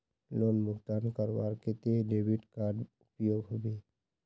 Loan भुगतान करवार केते डेबिट कार्ड उपयोग होबे?